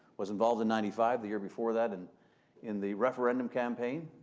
was involved in ninety five, the year before that and in the referendum campaign.